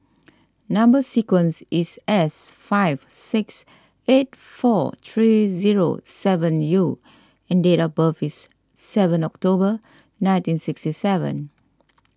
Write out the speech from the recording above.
Number Sequence is S five six eight four three zero seven U and date of birth is seven October nineteen sixty seven